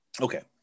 Okay